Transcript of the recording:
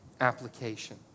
application